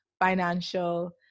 financial